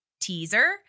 teaser